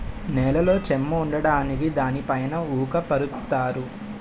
నేలలో చెమ్మ ఉండడానికి దానిపైన ఊక పరుత్తారు